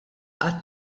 għat